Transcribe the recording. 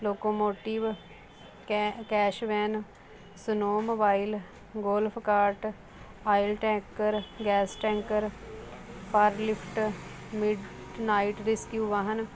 locomotive ਕੈ cash van snowmobile golf cart oil tanker gas tanker forklift midnight rescue ਵਾਹਨ